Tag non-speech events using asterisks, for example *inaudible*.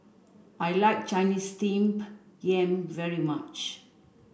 I like Chinese steam *unintelligible* yam very much